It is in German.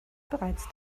bereits